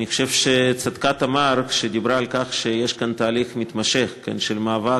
אני חושב שצדקה תמר כשדיברה על כך שיש כאן תהליך מתמשך של מאבק,